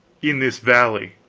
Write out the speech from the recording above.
in this valley.